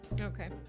Okay